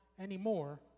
anymore